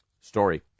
story